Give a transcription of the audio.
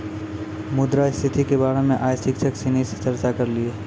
मुद्रा स्थिति के बारे मे आइ शिक्षक सिनी से चर्चा करलिए